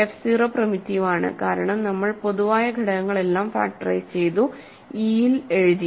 f 0 primitive ആണ്കാരണം നമ്മൾ പൊതുവായ ഘടകങ്ങളെല്ലാം ഫാക്റ്ററൈസ് ചെയ്തു ഇ യിൽ എഴുതി